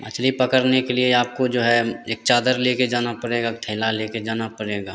मछली पकड़ने के लिए आपको जो है एक चादर लेके जाना पड़ेगा थैला लेके जाना पड़ेगा